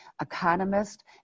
economist